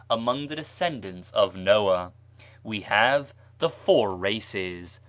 among the descendants of noah we have the four races,